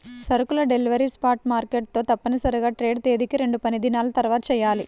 సరుకుల delivery spot market తో తప్పనిసరిగా ట్రేడ్ తేదీకి రెండుపనిదినాల తర్వాతచెయ్యాలి